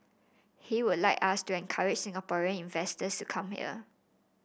he would like us to encourage Singaporean investors to come here